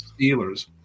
Steelers